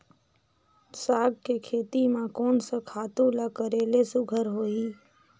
साग के खेती म कोन स खातु ल करेले सुघ्घर होही?